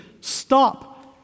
stop